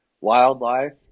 wildlife